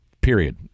Period